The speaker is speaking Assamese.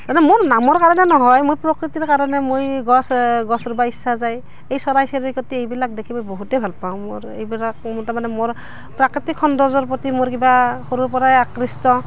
তাৰ মানে মোৰ নামৰ কাৰণে নহয় মই প্ৰকৃতিৰ কাৰণে মই গছ গছ ৰোব ইচ্ছা যায় এই চৰাই চিৰিকটি এইবিলাক দেখি মই বহুতে ভাল পাওঁ মোৰ এইবোৰক মোৰ তাৰ মানে মোৰ প্ৰাকৃতিক সৌন্দৰ্যৰ প্ৰতি মোৰ কিবা সৰুৰ পৰাই আকৃষ্ট